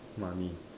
money